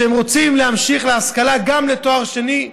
כשהם רוצים להמשיך בהשכלה גם לתואר שני,